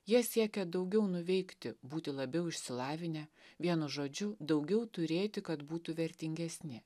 jie siekia daugiau nuveikti būti labiau išsilavinę vienu žodžiu daugiau turėti kad būtų vertingesni